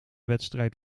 wedstrijd